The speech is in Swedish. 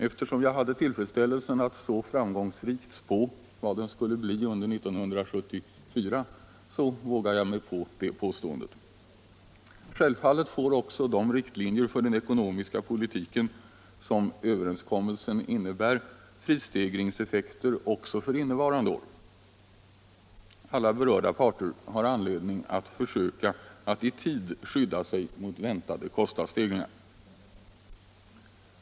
Eftersom jag hade tillfredsställelsen att så framgångsrikt spå vad den skulle bli under 1974 vågar jag mig på det påståendet. Självfallet får de riktlinjer för den ekonomiska politiken som överenskommelsen innebär prisstegringseffekter också för innevarande år. Alla berörda parter har anledning att försöka att i tid skydda sig mot väntade kostnadsstegringar.